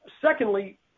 Secondly